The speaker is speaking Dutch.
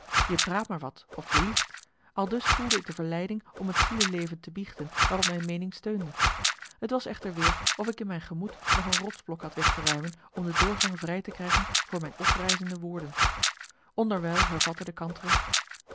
je praat maar wat of je liegt aldus voelde ik de verleiding om het zieleleven te biechten waarop mijn meening steunde t was echter weer of ik in mijn gemoed nog een rotsblok had weg te ruimen om de doorgang vrij te krijgen voor mijn oprijzende woorden marcellus emants een nagelaten bekentenis onderwijl hervatte de kantere